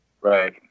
right